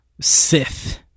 Sith